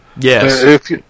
Yes